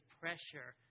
pressure